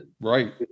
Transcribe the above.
right